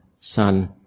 sun